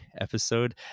episode